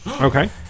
Okay